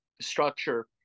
structure